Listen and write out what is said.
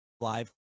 live